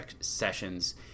sessions